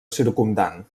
circumdant